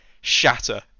shatter